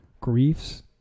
griefs